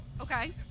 Okay